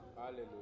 Hallelujah